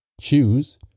choose